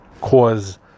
cause